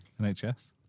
NHS